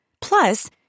Plus